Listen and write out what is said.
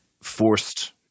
forced